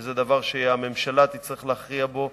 וזה דבר שהממשלה תצטרך להכריע בו,